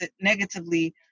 negatively